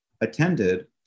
attended